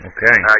Okay